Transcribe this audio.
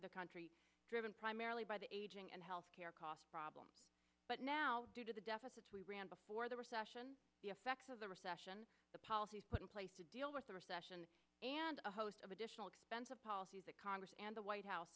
the country driven primarily by the aging and health care cost problem but now due to the deficits we ran before the recession the effects of the recession the policies put in place to deal with the recession and a host of additional expense of policies the congress and the white house